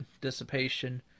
dissipation